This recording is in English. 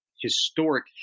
historic